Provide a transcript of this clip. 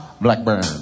Blackburn